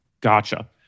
Gotcha